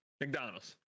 McDonald's